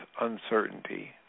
Uncertainty